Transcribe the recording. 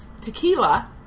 tequila